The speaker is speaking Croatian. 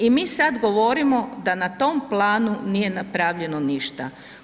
I mi sad govorimo da na tom planu nije napravljeno ništa.